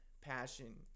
passion